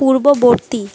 পূর্ববর্তী